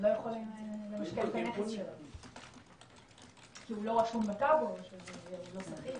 הם לא יכולים למשכן את הנכס שלהם כי הוא לא רשום בטאבו או שהוא לא סחיר.